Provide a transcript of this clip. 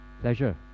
pleasure